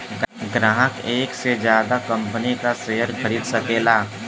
ग्राहक एक से जादा कंपनी क शेयर खरीद सकला